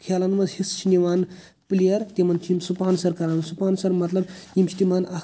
کھیلَن منٛز حِصہٕ چھِ نِوان پٕلیر تِمن چھِ یِم سٕپانسَر کَران سٕپانسَر مَطلَب یِم چھِ تِمن اَکھ